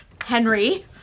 Henry